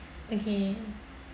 okay